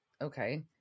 Okay